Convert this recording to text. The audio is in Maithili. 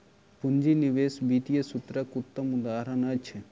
पूंजी निवेश वित्तीय सूत्रक उत्तम उदहारण अछि